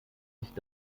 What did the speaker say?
nicht